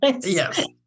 yes